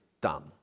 done